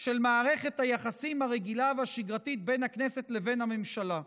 של מערכת היחסים הרגילה והשגרתית בין הכנסת לבין הממשלה.